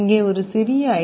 இங்கே ஒரு சிறிய ஐ